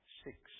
six